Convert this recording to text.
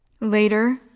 Later